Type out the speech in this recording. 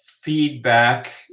feedback